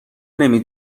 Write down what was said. نمی